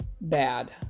bad